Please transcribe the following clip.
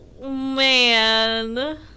Man